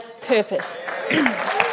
purpose